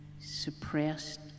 suppressed